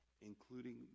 including